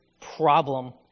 problem